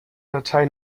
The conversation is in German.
datei